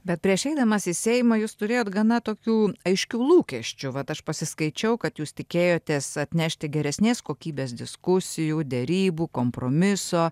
bet prieš eidamas į seimą jūs turėjot gana tokių aiškių lūkesčių vat aš pasiskaičiau kad jūs tikėjotės atnešti geresnės kokybės diskusijų derybų kompromiso